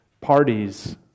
parties